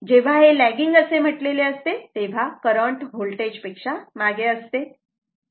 जेव्हा हे लेगिंग असे म्हटलेले असते तेव्हा करंट होल्टेज पेक्षा मागे असते